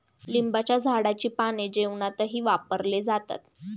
लिंबाच्या झाडाची पाने जेवणातही वापरले जातात